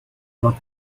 not